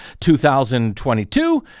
2022